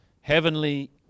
Heavenly